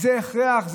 זה הכרח.